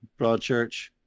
Broadchurch